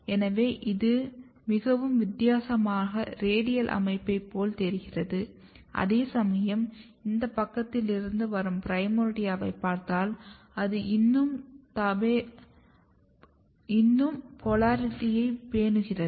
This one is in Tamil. எனவே இது மிகவும் வித்தியாசமாக ரேடியல் அமைப்பைப் போல் தெரிகிறது அதேசமயம் இந்த பக்கத்திலிருந்து வரும் பிரைமோர்டியாவைப் பார்த்தால் அது இன்னும் தபோலாரிட்டியைப் பேணுகிறது